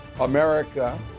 America